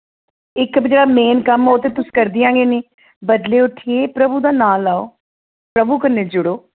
इक ते जेह्ड़ा मेन कम्म ओह् ते तुस करदियां गै निं बडलै उट्ठियै प्रभु दा नांऽ लैओ प्रभु कन्नै जुड़ो